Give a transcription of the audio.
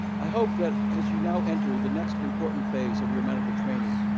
i hope that as you now enter the next important phase of your medical training,